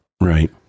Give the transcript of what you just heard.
right